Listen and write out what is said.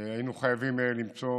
היינו חייבים למצוא